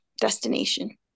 destination